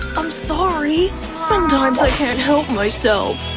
i'm sorry. sometimes i can't help myself.